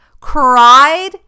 cried